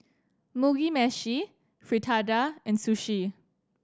Mugi Meshi Fritada and Sushi